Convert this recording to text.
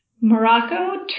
Morocco